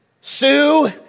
Sue